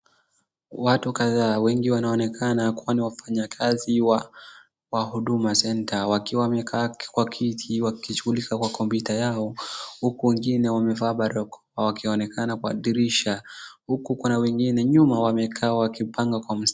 Watu kadhaa wengi wanaonekana kuwa ni wafanyakazi wa Huduma Centre wakiwa wamekaa kwa kiti wakishughulika kwa kompyuta yao huku wengine wamevaa barakoa wakionekana kwa dirisha. Huku kuna wengine nyuma wamekaa wakipanga kwa.